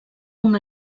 una